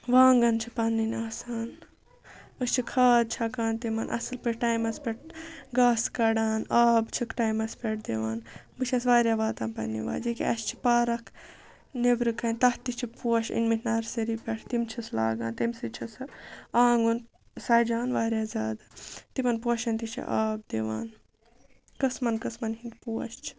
وانٛگَن چھِ پَنٕںۍ آسان أسۍ چھِ کھاد چھَکان تِمَن اَصٕل پٲٹھۍ ٹایمَس پٮ۪ٹھ گاسہٕ کَڑان آب چھِکھ ٹایمَس پٮ۪ٹھ دِوان بہٕ چھَس واریاہ واتان پنٛنہِ وارِ ییٚکیٛاہ اَسہِ چھِ پارک نٮ۪بٕرکَنۍ تَتھ تہِ چھِ پوش أنۍمٕتۍ نَرسٔری پٮ۪ٹھ تِم چھِس لاگان تمہِ سۭتۍ چھِ سۄ آنٛگُن سجان واریاہ زیادٕ تِمَن پوشَن تہِ چھِ آب دِوان قٕسمَن قٕسمَن ہِنٛدۍ پوش چھِ